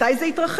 מתי זה יתרחש?